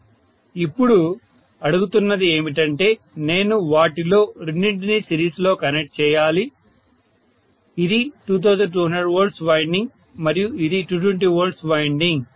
ఇప్పుడు అడుగుతున్నది ఏమిటంటే నేను వాటిలో రెండింటిని సిరీస్లో కనెక్ట్ చేయాలి ఇది 2200 V వైండింగ్ మరియు అది 220 V వైండింగ్